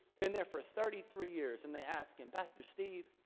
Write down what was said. been there for thirty three years and they asked him, pastor steve,